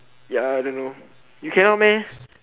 ya I don't know you cannot meh